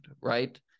right